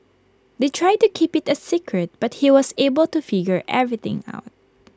they tried to keep IT A secret but he was able to figure everything out